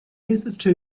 hitherto